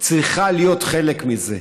צריכה להיות חלק מזה.